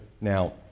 Now